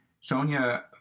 Sonia